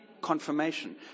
Confirmation